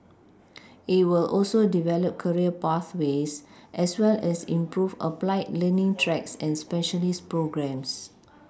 it will also develop career pathways as well as improve applied learning tracks and specialist programmes